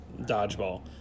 dodgeball